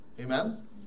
Amen